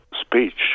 speech